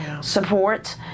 support